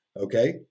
okay